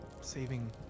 saving